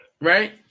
Right